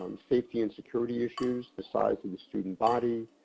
um safety and security issues, the size of the student body,